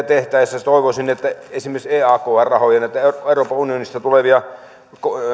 tehtäessä toivoisin esimerkiksi eakrn rahoja näitä euroopan unionista tulevia